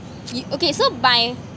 you okay so by